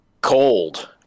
cold